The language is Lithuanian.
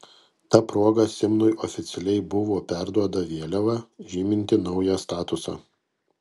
ta proga simnui oficialiai buvo perduoda vėliava žyminti naują statusą